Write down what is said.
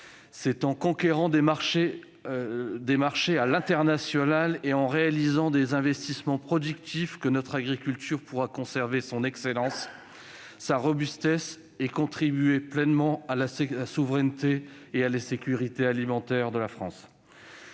C'est en conquérant des marchés à l'international et en réalisant des investissements productifs que notre agriculture pourra conserver son excellence, sa robustesse, et contribuer pleinement à la souveraineté et à la sécurité alimentaires de la France.